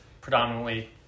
predominantly